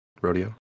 Rodeo